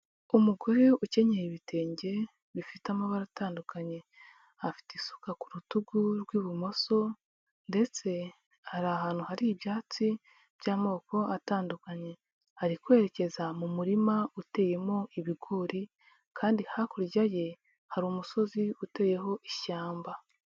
Umugore ukenyeye ibitenge bifite amabara atandukanye, afite isuka ku rutugu rw'ibumoso ndetse hari ahantu hari ibyatsi by'amoko atandukanye, ari kwerekeza mu murima uteyemo ibigori kandi hakurya ye hari umusozi uteyeho ishyamba.